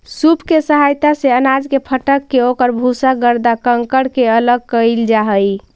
सूप के सहायता से अनाज के फटक के ओकर भूसा, गर्दा, कंकड़ के अलग कईल जा हई